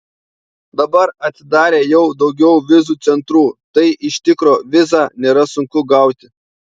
dabar atsidarė jau daugiau vizų centrų tai iš tikro vizą nėra sunku gauti